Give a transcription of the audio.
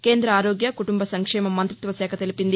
కేంద్ర ఆరోగ్య కుటుంబ సంక్షేమ మంతిత్వశాఖ తెలిపింది